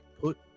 Put